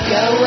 go